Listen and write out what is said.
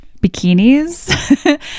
bikinis